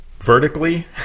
vertically